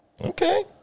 Okay